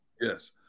Yes